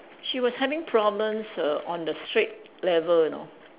she was having problems err on the straight level you know